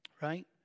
right